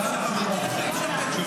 לא, אי-אפשר.